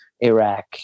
Iraq